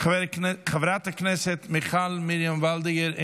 חברת הכנסת מיכל מרים וולדיגר,